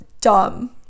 dumb